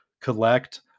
collect